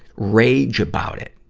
rage about it.